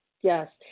Yes